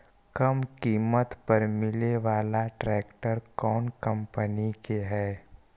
कम किमत पर मिले बाला ट्रैक्टर कौन कंपनी के है?